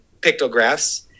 pictographs